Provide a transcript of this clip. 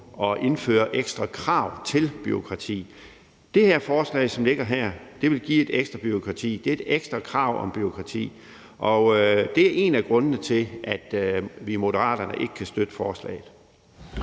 at indføre ekstra krav til bureaukrati. Det forslag, som ligger her, vil give ekstra bureaukrati. Det er et ekstra krav om bureaukrati, og det er en af grundene til, at vi i Moderaterne ikke kan støtte forslaget.